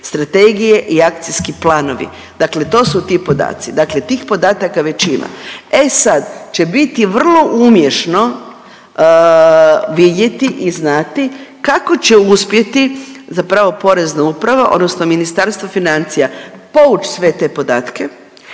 strategije i akcijski planovi, dakle to su ti podaci, dakle tih podataka već ima. E sad će biti vrlo umješno vidjeti i znati kako će uspjeti zapravo porezna uprava odnosno Ministarstvo financija povuć sve te podatke,